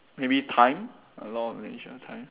maybe time a law of nature time